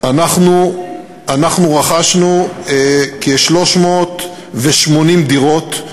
אנחנו רכשנו כ-380 דירות,